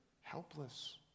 helpless